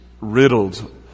riddled